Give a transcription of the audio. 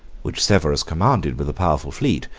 which severus commanded with a powerful fleet,